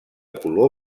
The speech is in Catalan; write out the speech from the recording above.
color